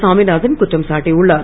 சாமிநாதன் குற்றம் சாட்டியுள்ளார்